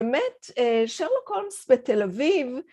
באמת שרלוק הולמס בתל אביב